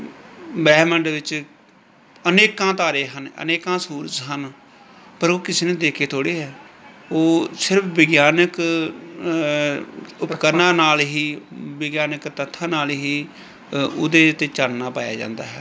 ਬ੍ਰਹਿਮੰਡ ਵਿੱਚ ਅਨੇਕਾਂ ਤਾਰੇ ਹਨ ਅਨੇਕਾਂ ਸੂਰਜ ਹਨ ਪਰ ਉਹ ਕਿਸੇ ਨੇ ਦੇਖੇ ਥੋੜ੍ਹੇ ਹੈ ਉਹ ਸਿਰਫ ਵਿਗਿਆਨਕ ਉਪਕਰਨਾਂ ਨਾਲ ਹੀ ਵਿਗਿਆਨਕ ਤੱਥਾਂ ਨਾਲ ਹੀ ਉਹਦੇ 'ਤੇ ਚਾਨਣਾ ਪਾਇਆ ਜਾਂਦਾ ਹੈ